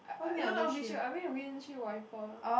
no not wind shield I mean wind shield wiper